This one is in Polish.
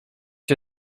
się